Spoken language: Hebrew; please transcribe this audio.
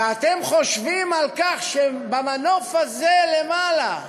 ואתם חושבים על כך שבמנוף הזה, למעלה,